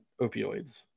opioids